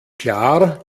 klar